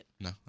No